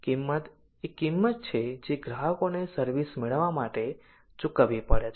કિંમત એ કિંમત છે જે ગ્રાહકોને સર્વિસ મેળવવા માટે ચૂકવવી પડે છે